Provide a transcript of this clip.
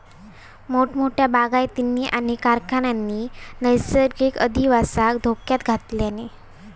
मोठमोठ्या बागायतींनी आणि कारखान्यांनी नैसर्गिक अधिवासाक धोक्यात घातल्यानी